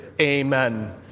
Amen